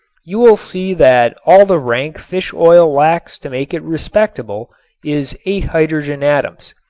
you will see that all the rank fish oil lacks to make it respectable is eight hydrogen atoms.